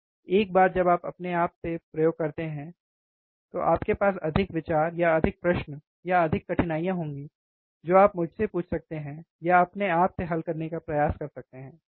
एक बार जब आप अपने आप से प्रयोग करते हैं तो आपके पास अधिक विचार या अधिक प्रश्न या अधिक कठिनाइयाँ होंगी जो आप मुझसे पूछ सकते हैं या अपने आप से हल करने का प्रयास कर सकते हैं है ना